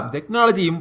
Technology